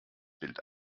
bild